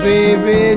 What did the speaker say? Baby